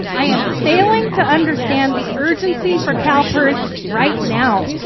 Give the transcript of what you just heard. i'm failing to understand the urgency for calpers right now.